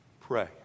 Pray